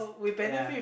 yeah